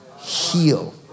heal